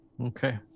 Okay